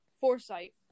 Foresight